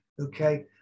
Okay